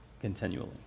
continually